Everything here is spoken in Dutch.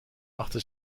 achter